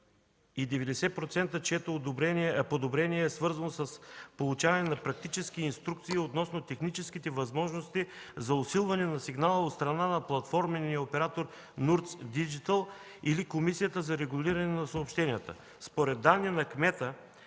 90%, чието подобрение е свързано с получаване на практически инструкции относно техническите възможности за усилване на сигнала от страна на платформения оператор Nurts Digital или Комисията за регулиране на съобщенията. Според данни на кмета